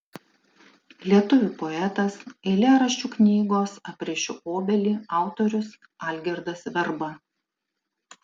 lietuvių poetas eilėraščių knygos aprišiu obelį autorius algirdas verba